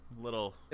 Little